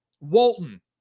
Walton